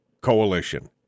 coalition